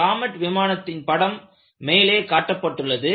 Comet விமானத்தின் படம் மேலே காட்டப்பட்டுள்ளது